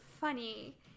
funny